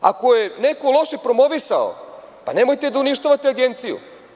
Ako je neko loše promovisao, nemojte da uništavate agenciju.